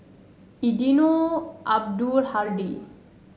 Eddino Abdul Hadi